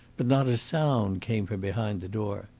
but not a sound came from behind the door.